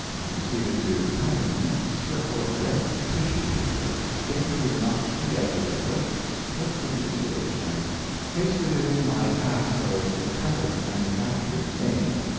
and proceeded to cut a neat circle of red tissue paper daintily notched the edges of it took the mucilage and pasted it in my hat so as to cover the manufacturer's name.